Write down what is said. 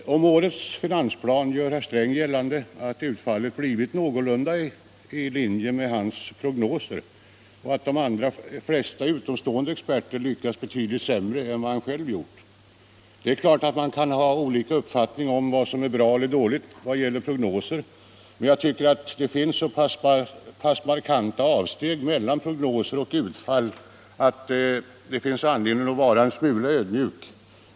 Om årets finansplan gör herr Sträng gällande att utfallet blivit någorlunda i linje med hans prognoser och att de allra flesta utomstående experter lyckats betydligt sämre än vad han själv gjort. Det är klart att man kan ha olika uppfattningar om vad som är bra eller dåligt vad gäller prognoser, men nog är det så pass markanta skillnader mellan prognoser och utfall att det finns anledning att vara en smula ödmjuk.